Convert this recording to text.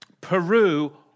Peru